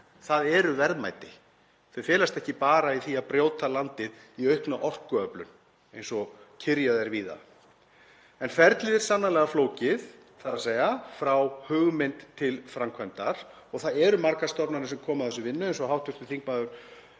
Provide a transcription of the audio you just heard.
Það eru verðmæti. Þau felast ekki bara í því að brjóta landið í aukna orkuöflun eins og kyrjað er víða. En ferlið er sannarlega flókið, þ.e. frá hugmynd til framkvæmdar, og það eru margar stofnanir sem koma að þessari vinnu eins og hv. þm. Birgir